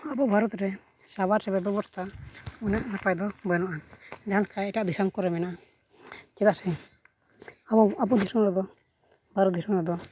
ᱟᱵᱚ ᱵᱷᱟᱨᱚᱛ ᱨᱮ ᱥᱟᱶᱟᱨ ᱥᱮᱵᱟ ᱵᱮᱵᱚᱥᱛᱷᱟ ᱩᱱᱟᱹᱜ ᱱᱟᱯᱟᱭ ᱫᱚ ᱵᱟᱹᱱᱩᱜᱼᱟ ᱡᱟᱦᱟᱸᱞᱮᱠᱟ ᱮᱴᱟᱜ ᱫᱤᱥᱚᱢ ᱠᱚᱨᱮ ᱢᱮᱱᱟᱜᱼᱟ ᱪᱮᱫᱟᱜ ᱥᱮ ᱟᱵᱚ ᱟᱵᱚ ᱫᱤᱥᱚᱢ ᱨᱮᱫᱚ ᱵᱷᱟᱨᱚᱛ ᱫᱤᱥᱚᱢ ᱨᱮᱫᱚ